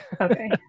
Okay